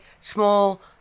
small